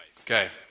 okay